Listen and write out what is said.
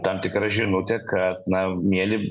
tam tikra žinutė kad na mieli